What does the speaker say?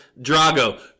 Drago